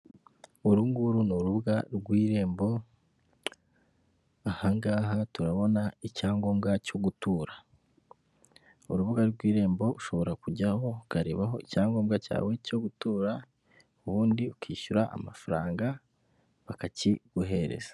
Uru nguru ni urubuga rw'irembo, aha ngaha turabona icyangombwa cyo gutura, urubuga rw'irembo ushobora kujyaho ukarebaho icyangombwa cyawe cyo gutura ubundi ukishyura amafaranga bakakiguhereza.